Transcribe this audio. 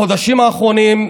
החודשים האחרונים,